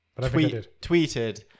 tweeted